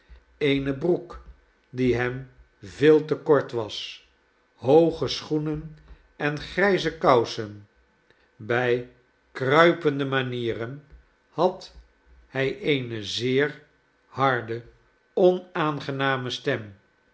eene broek die hem veel te kort was hooge schoenen en grijze kousen bij kruipende manieren had hij eene zeer harde onaangename stem